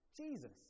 Jesus